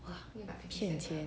!wah! 欠钱